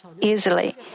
easily